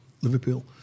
Liverpool